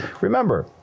Remember